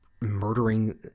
murdering